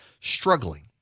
struggling